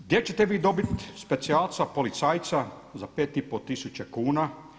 Gdje ćete vi dobit specijalca policajca pet i pol tisuća kuna?